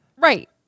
Right